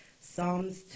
Psalms